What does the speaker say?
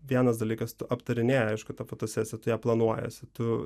vienas dalykas aptarinėji aišku tą fotosesiją tu ją planuojiesi tu